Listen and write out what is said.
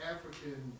African